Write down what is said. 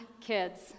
kids